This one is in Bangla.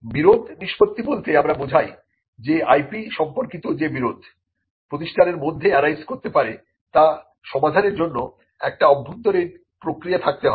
বিরোধ নিষ্পত্তি বলতে আমরা বোঝাই যে IP সম্পর্কিত যে বিরোধ প্রতিষ্ঠানের মধ্যে অ্যারাইজ করতে পারে তা সমাধানের জন্য একটি অভ্যন্তরীণ প্রক্রিয়া থাকতে হবে